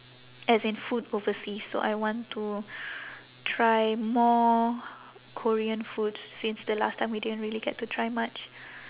as in food overseas so I want to try more korean food since the last time we didn't really get to try much